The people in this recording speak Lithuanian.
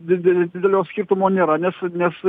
dide didelio skirtumo nėra nes nes